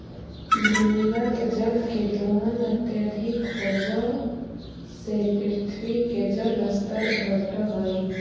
भूमिगत जल के दोहन अत्यधिक होवऽ से पृथ्वी के जल स्तर घटऽ हई